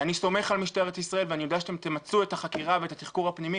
אני סומך על משטרת ישראל ואני יודע שאתם תמצו את החקירה ואת התחקור הפנימי